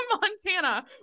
Montana